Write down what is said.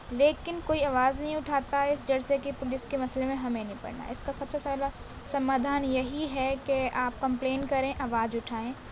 لیکن کوئی آواز نہیں اٹھاتا اس ڈر سے کہ پولیس کے مسئلے میں ہمیں نہیں پڑنا اس کا سب سے سادہ سمادھان یہی ہے کہ آپ کمپلین کریں آواز اٹھائیں